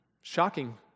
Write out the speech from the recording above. Shocking